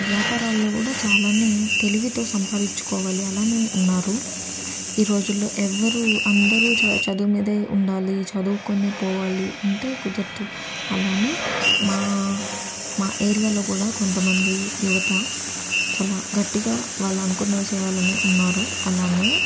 వ్యాపారాల్లో కూడా చాలానే తెలివితో సంపాదించుకోవాలి అలానే ఉన్నారు ఈ రోజుల్లో ఎవ్వరూ అందరూ చ చదువు మీదే ఉండాలి చదువుకొనే పోవాలి అంటే కుదరదు అలానే మా మా ఏరియాలో కూడా కొంతమంది యువత చాలా గట్టిగా వాళ్ళు అనుకున్నవి చేయాలని ఉన్నారు అలానే